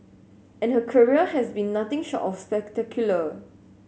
and her career has been nothing short of spectacular